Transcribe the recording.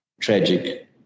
tragic